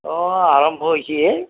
অঁ আৰম্ভ হৈছেহে